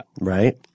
Right